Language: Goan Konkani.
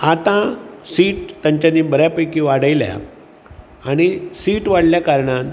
आता सीट तांच्यानी बऱ्या पैकी वाडयल्या आनी सीट वाडल्या कारणान